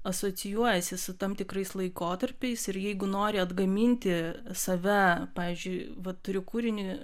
asocijuojasi su tam tikrais laikotarpiais ir jeigu nori atgaminti save pavyzdžiui vat turiu kūrinį